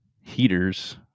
heaters